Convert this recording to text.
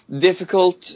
Difficult